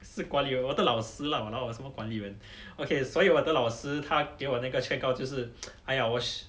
是管理员吗我的老师 lah !walao! 什么管理员 okay 所以我的老师他给我那个劝告就是哎呀我是